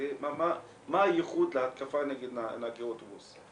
מה הייחוד להתקפה נגד נהגי אוטובוס?